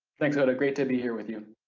thanks ota, great to be here with you.